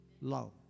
love